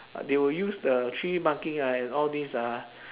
they will use the three marking ah and all this ah